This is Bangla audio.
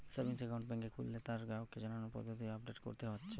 সেভিংস একাউন্ট বেংকে খুললে তার গ্রাহককে জানার পদ্ধতিকে আপডেট কোরতে হচ্ছে